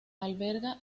alberga